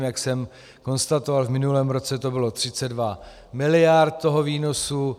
Jak jsem konstatoval, v minulém roce to bylo 32 miliard toho výnosu.